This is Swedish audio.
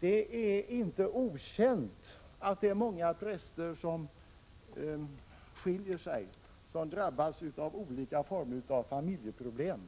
Det är inte okänt att många präster skiljer sig och drabbas av olika slags familjeproblem.